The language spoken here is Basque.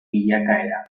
bilakaera